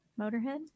motorhead